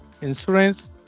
insurance